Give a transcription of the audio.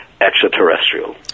extraterrestrial